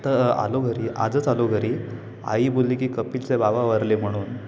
तर आलो घरी आजच आलो घरी आई बोलली की कपिलचे बाबा वारले म्हणून